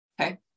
okay